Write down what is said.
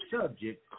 subject